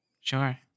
Sure